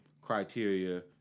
criteria